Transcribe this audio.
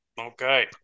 Okay